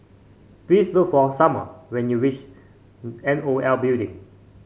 please look for Sumner when you reach N O L Building